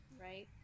right